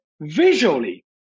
visually